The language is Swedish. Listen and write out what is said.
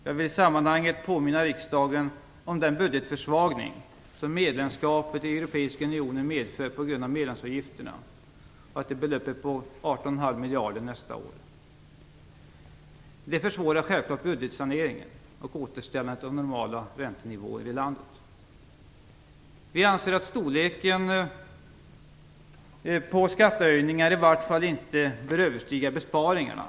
Jag vill i sammanhanget påminna kammarens ledamöter om att den budgetförsvagning som medlemskapet i Europeiska unionen medför på grund av medlemsavgifterna belöper sig till 18,5 miljarder för nästa år. Detta försvårar självklart budgetsaneringen och återställandet av normala räntenivåer i vårt land. Vi anser att storleken på skattehöjningarna i varje fall inte bör överstiga besparingarna.